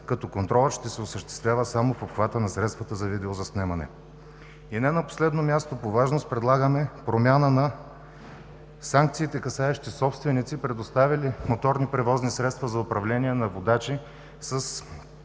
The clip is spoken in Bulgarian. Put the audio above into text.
като контролът ще се осъществява само в обхвата на средствата за виедозаснемане. Не на последно място по важност, предлагаме промяна на санкциите, касаещи собственици, предоставили МПС за управление на водачи с